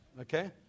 Okay